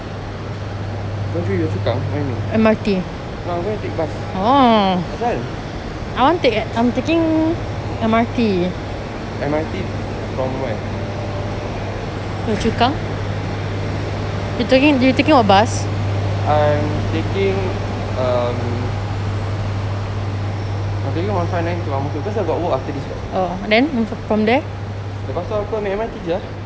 what you say you want to tumpang no I'm gonna take bus asal M_R_T from where I'm taking um I'm taking from because I got work after this [what] lepas tu aku amik M_R_T jer lah